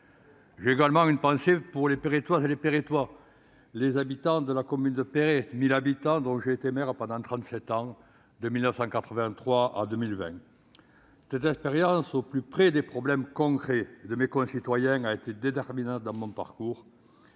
J'ai également une pensée pour les Pérétoises et les Pérétois, les quelque 1 000 habitants de la commune de Péret, dont j'ai été le maire pendant trente-sept ans, de 1983 à 2020. Cette expérience au plus près des problèmes concrets de mes concitoyens a été déterminante dans mon parcours